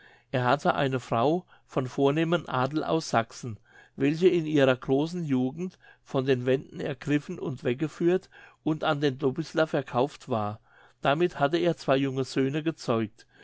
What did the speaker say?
er hatte eine frau von vornehmem adel aus sachsen welche in ihrer großen jugend von den wenden ergriffen und weggeführt und an den dobislav verkauft war damit hatte er zwei junge söhne gezeugt